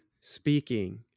speaking